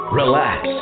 relax